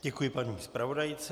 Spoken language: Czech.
Děkuji paní zpravodajce.